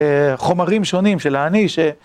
חומרים שונים של האני ש...